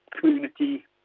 community